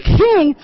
king